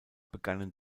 begannen